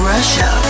Russia